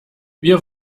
wir